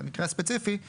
ובלבד שיתקיימו כל אלה: (1)